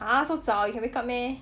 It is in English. !huh! so 早 you can wake up meh